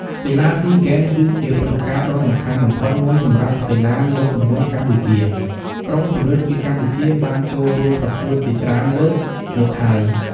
កីឡាស៊ីហ្គេម គឺជាព្រឹត្តិការណ៍ដ៏សំខាន់បំផុតមួយសម្រាប់កីឡាលើកទម្ងន់កម្ពុជា។ ក្រុមជម្រើសជាតិកម្ពុជាបានចូលរួមប្រកួតជាច្រើនលើកមកហើយ។